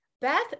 Beth